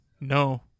no